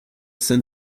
sun